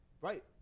right